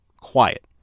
quiet